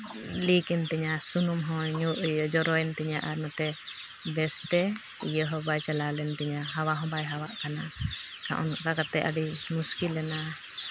leak ᱮᱱ ᱛᱤᱧᱟᱹ ᱥᱩᱱᱩᱢ ᱦᱚᱸ ᱡᱚᱨᱚᱭᱮᱱ ᱛᱤᱧᱟᱹ ᱟᱨ ᱱᱚᱛᱮ ᱵᱮᱥᱛᱮ ᱤᱭᱟᱹ ᱦᱚᱸ ᱵᱟᱭ ᱪᱟᱞᱟᱣ ᱞᱮᱱ ᱛᱤᱧᱟᱹ ᱦᱟᱣᱟ ᱦᱚᱸ ᱵᱟᱭ ᱦᱟᱣᱟᱜ ᱠᱟᱱᱟ ᱟᱨ ᱚᱱᱠᱟ ᱠᱟᱛᱮ ᱟᱹᱰᱤ ᱢᱩᱥᱠᱤᱞ ᱮᱱᱟ